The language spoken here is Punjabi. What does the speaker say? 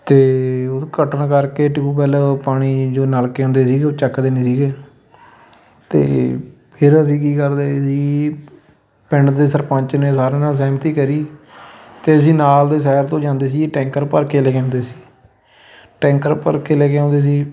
ਅਤੇ ਉਹ ਘਟਨਾ ਕਰਕੇ ਟਿਊਵੈੱਲ ਪਾਣੀ ਜੋ ਨਲਕੇ ਹੁੰਦੇ ਸੀ ਉਹ ਚੱਕਦੇ ਨਹੀਂ ਸੀਗੇ ਅਤੇ ਫਿਰ ਅਸੀਂ ਕੀ ਕਰਦੇ ਸੀ ਪਿੰਡ ਦੇ ਸਰਪੰਚ ਨੇ ਸਾਰਿਆਂ ਨਾਲ ਸਹਿਮਤੀ ਕਰੀ ਅਤੇ ਅਸੀਂ ਨਾਲ ਦੇ ਸ਼ਹਿਰ ਤੋਂ ਜਾਂਦੇ ਸੀ ਟੈਂਕਰ ਭਰ ਕੇ ਲਿਜਾਂਦੇ ਸੀ ਟੈਂਕਰ ਭਰ ਕੇ ਲੈ ਕੇ ਆਉਂਦੇ ਸੀ